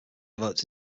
developed